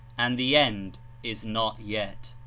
and the end is not yet.